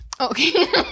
Okay